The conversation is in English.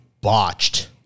botched